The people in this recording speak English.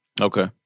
okay